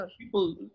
people